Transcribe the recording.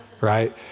right